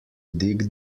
dig